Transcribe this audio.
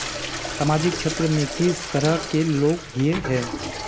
सामाजिक क्षेत्र में किस तरह के लोग हिये है?